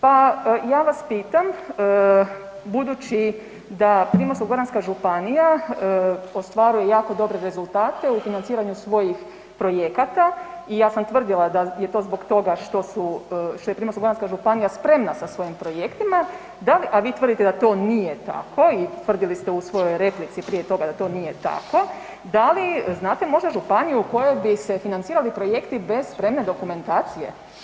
Pa ja vas pitam budući da Primorsko-goranska županija ostvaruje jako dobre rezultate u financiranju svojih projekata i ja sam tvrdila da je to zbog toga što su, što je Primorsko-goranska županija spremna sa svojim projektima, a vi tvrdite da to nije tako i tvrdili ste u svojoj replici prije toga da to nije tako, da li znate možda županiju u kojoj bi se financirali projekti bez spremne dokumentacije?